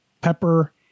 pepper